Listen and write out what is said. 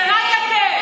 זה רק אתם.